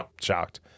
shocked